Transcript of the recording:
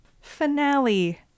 finale